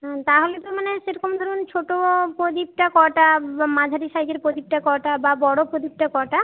হুম তাহলে তো মানে সেরকম ধরুন ছোট পোদীপটা কটা মাঝারি সাইজের পোদীপটা কটা বা বড় প্রদীপটা কটা